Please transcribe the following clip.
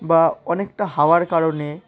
বা অনেকটা হাওয়ার কারণে